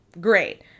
Great